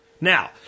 Now